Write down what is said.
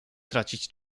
tracić